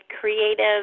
creative